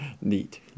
Neat